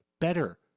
better